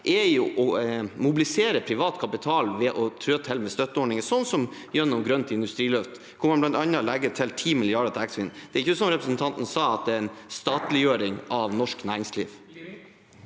er å mobilisere privat kapital ved å trå til med støtteordninger, sånn som gjennom grønt industriløft, hvor man bl.a. legger til 10 mrd. kr til Eksfin. Det er ikke, som representanten sa, en statliggjøring av norsk næringsliv.